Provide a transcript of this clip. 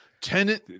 tenant